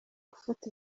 gufata